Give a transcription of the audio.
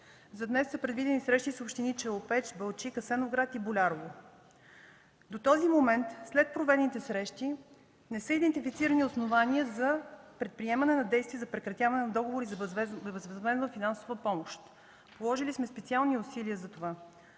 За днес са предвидени срещи с общини Челопеч, Балчик, Асеновград и Болярово. До този момент след проведените срещи не са идентифицирани основания за предприемане на действия за прекратяване на договори за безвъзмездна финансова помощ. Положили сме специални усилия за това.